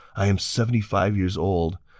i am seventy five years old.